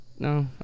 No